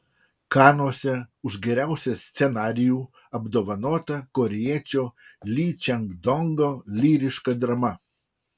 kanuose už geriausią scenarijų apdovanota korėjiečio ly čang dongo lyriška drama